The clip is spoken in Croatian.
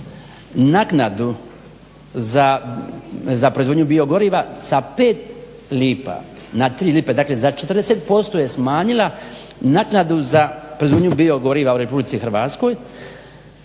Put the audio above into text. naknadu za proizvodnju bio goriva sa 5 lipa na 3 lipa, dakle za 40% je smanjila naknadu za proizvodnju bio goriva u RH.